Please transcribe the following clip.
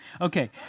Okay